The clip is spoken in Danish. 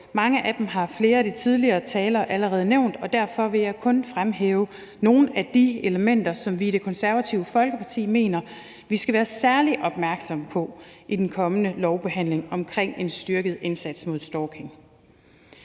Mange af dem har flere af de tidligere talere allerede nævnt, og derfor vil jeg kun fremhæve nogle af de elementer, som vi i Det Konservative Folkeparti mener vi skal være særlig opmærksomme på i den kommende lovbehandling om en styrket indsats imod stalking.